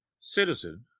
Citizen